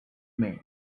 mean